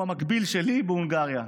הוא המקביל שלי בהונגריה.